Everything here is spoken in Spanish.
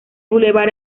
bulevar